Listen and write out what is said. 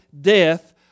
death